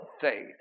faith